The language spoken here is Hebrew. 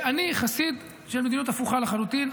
אני חסיד של מדיניות הפוכה לחלוטין,